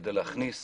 כדי להכניס